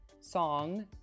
song